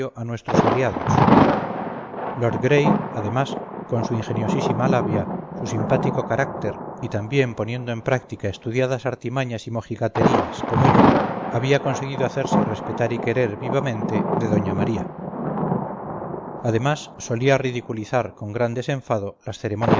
a nuestros aliados lord gray además con su ingeniosísima labia su simpático carácter y también poniendo en práctica estudiadas artimañas y mojigaterías como yo había conseguido hacerse respetar y querer vivamente de doña maría además solía ridiculizar con gran desenfado las ceremonias